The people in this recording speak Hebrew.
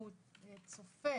הוא צופה.